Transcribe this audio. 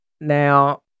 now